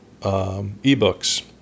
eBooks